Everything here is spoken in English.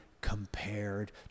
compared